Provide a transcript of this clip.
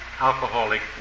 alcoholic